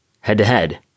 head-to-head